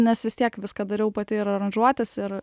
nes vis tiek viską dariau pati ir aranžuotes ir